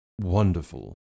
wonderful